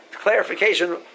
clarification